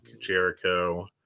Jericho